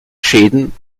schäden